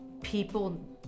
People